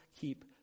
keep